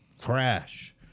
crash